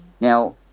Now